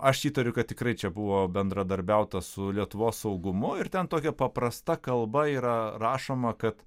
aš įtariu kad tikrai čia buvo bendradarbiauta su lietuvos saugumu ir ten tokia paprasta kalba yra rašoma kad